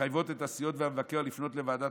ומחייבות את הסיעות והמבקר לפנות לוועדת